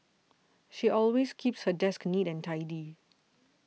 she always keeps her desk neat and tidy